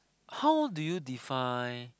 how do you define